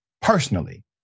Personally